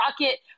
rocket